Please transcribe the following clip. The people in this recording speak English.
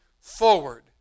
forward